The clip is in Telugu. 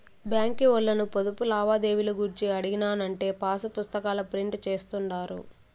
బాంకీ ఓల్లను పొదుపు లావాదేవీలు గూర్చి అడిగినానంటే పాసుపుస్తాకాల ప్రింట్ జేస్తుండారు